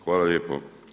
Hvala lijepo.